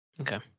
Okay